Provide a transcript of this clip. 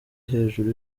hejuru